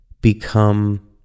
become